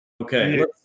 Okay